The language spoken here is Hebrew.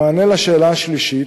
במענה על שאלה השלישית,